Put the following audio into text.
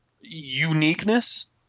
uniqueness